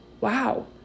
Wow